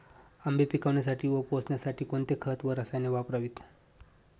आंबे पिकवण्यासाठी व पोसण्यासाठी कोणते खत व रसायने वापरावीत?